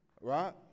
right